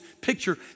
picture